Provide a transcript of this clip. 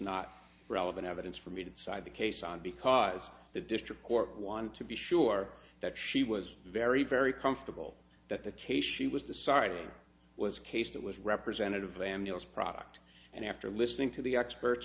not relevant evidence for me to decide the case on because the district court wanted to be sure that she was very very comfortable that the case she was deciding was case that was representative amulets product and after listening to the experts